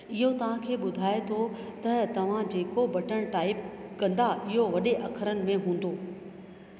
इहो तव्हांखे ॿुधाइ थो त तव्हां जेको बटण टाइप कंदा इहो वॾे अख़रनि में हूंदो